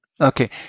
Okay